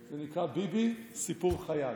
זה נקרא "ביבי: סיפור חיי".